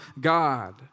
God